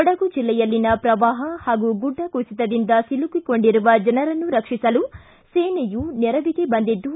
ಕೊಡಗು ಜಿಲ್ಲೆಯಲ್ಲಿನ ಪ್ರವಾಹ ಹಾಗೂ ಗುಡ್ಡ ಕುಸಿತದಿಂದ ಸಿಲುಕಿಕೊಂಡಿರುವ ಜನರನ್ನು ರಕ್ಷಿಸಲು ಸೇನೆಯು ನೆರವಿಗೆ ಬಂದಿದ್ದು